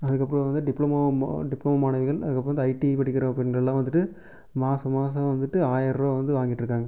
அதுக்கப்புறோம் வந்து diploma diploma மாணவிகள் அதுக்கப்புறோம் ஐடி படிக்கிற பெண்களெலாம் வந்துட்டு மாத மாதம் வந்துட்டு ஆயர ரூபா வந்து வாங்கிட்டு இருக்காங்க